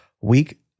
week